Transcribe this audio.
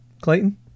Clayton